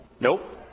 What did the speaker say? Nope